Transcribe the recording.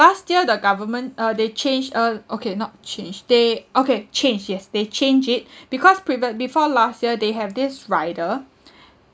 last year the government uh they changed uh okay not changed they okay changed yes they changed it because previou~ before last year they have this rider